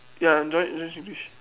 ya Johnny Johnny English